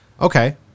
Okay